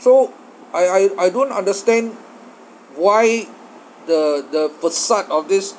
so I I I don't understand why the the facade of this